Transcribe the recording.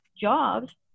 jobs